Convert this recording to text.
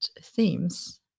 themes